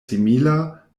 simila